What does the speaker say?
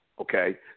Okay